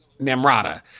Namrata